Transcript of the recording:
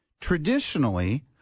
Traditionally